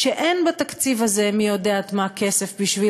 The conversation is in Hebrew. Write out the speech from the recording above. כשאין בתקציב הזה מי-יודעת-מה כסף בשביל